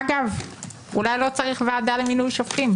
אגב, אולי לא צריך ועדה למינוי שופטים?